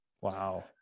wow